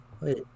Wait